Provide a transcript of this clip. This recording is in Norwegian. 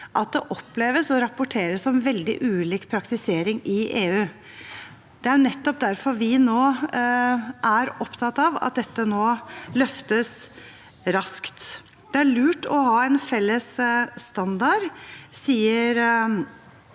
at det oppleves og rapporteres om veldig ulik praktisering i EU. Det er nettopp derfor vi nå er opptatt av at dette løftes raskt. Det er lurt å ha en felles standard, sier